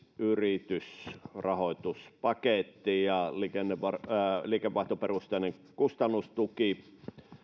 yritysrahoituspaketti liikevaihtoperusteinen kustannustuki